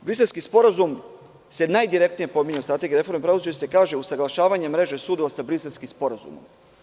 Briselski sporazum se najdirektnije pominje u Strategiji reforme pravosuđa, gde se kaže – usaglašavanje mreže sudova sa Briselskim sporazumom.